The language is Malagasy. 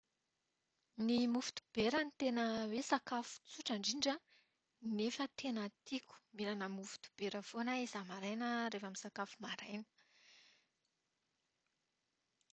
Ny mofo dibera no tena hoe sakafo tsotra indrindra nefa tena tiako. Mihinanana mofo dibera foana aho isa-maraina rehefa misakafo maraina.